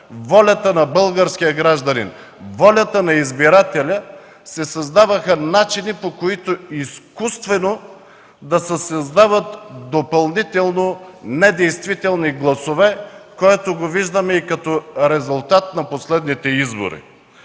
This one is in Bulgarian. волята на българския гражданин, волята на избирателя, се създаваха начини, по които изкуствено да се създават допълнително недействителни гласове, което видяхме и на последните избори.